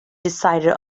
decided